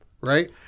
right